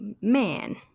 man